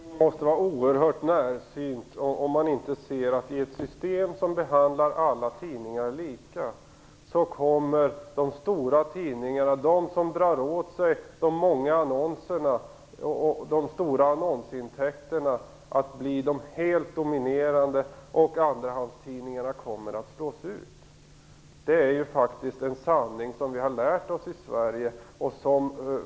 Fru talman! Jag tror att man måste vara oerhört närsynt om man inte ser att i ett system som behandlar alla tidningar lika, kommer de stora tidningarna som drar åt sig många annonser och därmed stora annonsintäkter att bli helt dominerande. Andrahandstidningarna kommer att slås ut. Det är faktiskt en sanning som vi har lärt oss i Sverige.